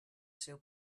seu